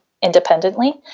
independently